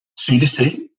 CDC